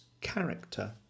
character